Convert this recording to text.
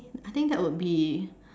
I think that will be